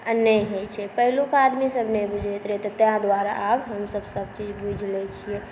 आओर नहि होइ छै पहिलुका आदमी सब नहि बुझैत रहै तऽ ताहि दुआरे आब हमसब सब चीज बुझि लै छिए